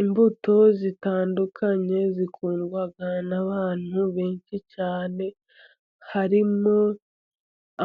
Imbuto zitandukanye zikundwa n'abantu benshi cyane. Harimo